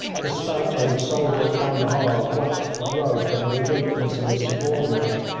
the stout old soldier at candahar waxed wroth at the limpness of his subordinate,